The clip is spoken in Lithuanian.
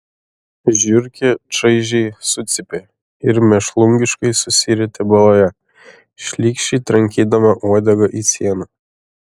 žiurkė čaižiai sucypė ir mėšlungiškai susirietė baloje šlykščiai trankydama uodegą į sieną